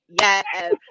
yes